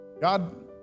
God